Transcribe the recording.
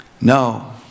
No